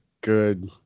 good